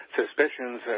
suspicions